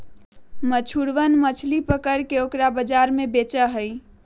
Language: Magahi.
मछुरवन मछली पकड़ के ओकरा बाजार में बेचा हई